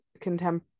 contemporary